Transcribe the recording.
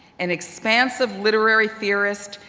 an expansive literary theorist,